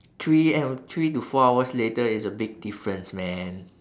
three hour three to four hours later is a big difference man